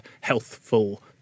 healthful